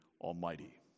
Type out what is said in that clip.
almighty